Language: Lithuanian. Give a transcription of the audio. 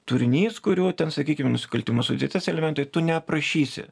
turinys kurių ten sakykim nusikaltimo sudėties elementai tu neaprašysi